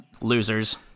Losers